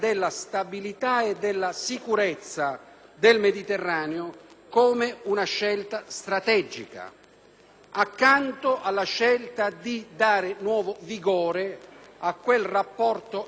accanto alla scelta di dare nuovo vigore a quel rapporto euro-africano sul quale io credo che l'Europa debba puntare molto nel futuro.